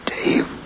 Dave